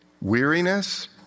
weariness